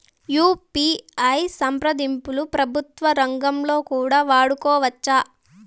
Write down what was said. UPI సంప్రదింపులు ప్రభుత్వ రంగంలో కూడా వాడుకోవచ్చా?